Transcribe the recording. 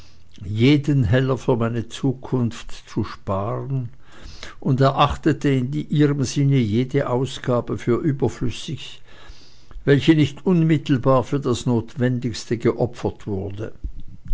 jeden heller für meine zukunft zu sparen und erachtete in ihrem sinne jede ausgabe für überflüssig welche nicht unmittelbar für das notwendigste geopfert wurde